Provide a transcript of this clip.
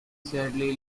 sadly